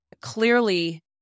clearly